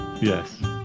Yes